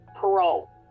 parole